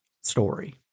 story